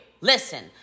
listen